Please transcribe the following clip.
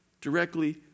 directly